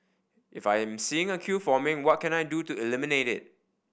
if I'm seeing a queue forming what can I do to eliminate it